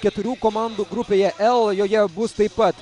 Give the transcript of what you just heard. keturių komandų grupėje l o joje bus taip pat